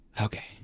Okay